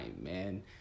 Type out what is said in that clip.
man